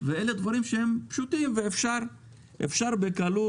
אלה דברים פשוטים שאפשר בקלות